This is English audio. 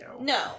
no